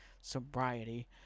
sobriety